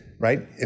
right